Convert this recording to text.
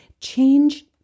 Change